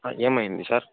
ఏమైంది సార్